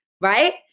right